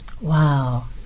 Wow